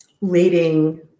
leading